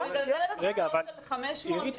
אני מגלגלת הצגות של 500,000,